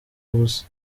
ubusa